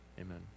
Amen